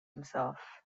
himself